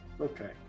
Okay